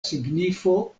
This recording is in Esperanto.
signifo